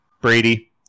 Brady